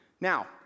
Now